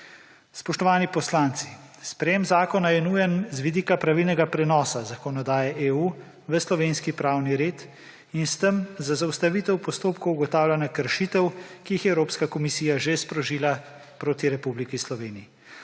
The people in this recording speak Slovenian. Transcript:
Spoštovani poslanci, sprejem zakona je nujen z vidika pravilnega prenosa zakonodaje EU v slovenski pravni red in s tem za zaustavitev postopkov ugotavljanja kršitev, ki jih je Evropska komisija že sprožila proti Republiki Sloveniji.